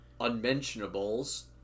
unmentionables